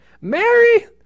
Mary